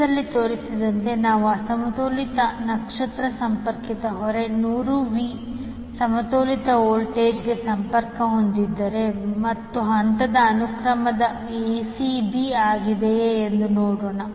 ಚಿತ್ರದಲ್ಲಿ ತೋರಿಸಿರುವಂತೆ ನಾವು ಅಸಮತೋಲಿತ ನಕ್ಷತ್ರ ಸಂಪರ್ಕಿತ ಹೊರೆ 100v ಸಮತೋಲಿತ ವೋಲ್ಟೇಜ್ಗೆ ಸಂಪರ್ಕ ಹೊಂದಿದ್ದೀರಾ ಮತ್ತು ಹಂತದ ಅನುಕ್ರಮವು acb ಆಗಿದೆಯೇ ಎಂದು ನೋಡೋಣ